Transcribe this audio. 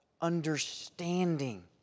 understanding